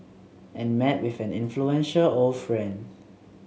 and met with an influential old friend